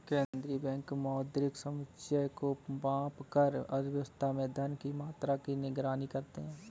केंद्रीय बैंक मौद्रिक समुच्चय को मापकर अर्थव्यवस्था में धन की मात्रा की निगरानी करते हैं